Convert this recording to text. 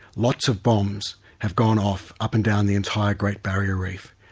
lots of bombs have gone off up and down the entire great barrier reef,